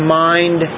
mind